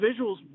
visuals